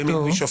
במינוי שופטים,